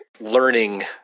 Learning